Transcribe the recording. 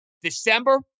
December